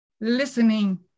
listening